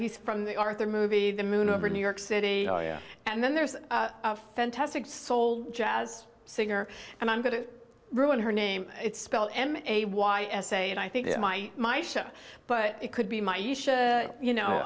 he's from the arthur movie the moon over new york city and then there's a fantastic soul jazz singer and i'm going to ruin her name it's spelled m a y s a and i think that my my show but it could be my you